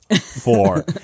four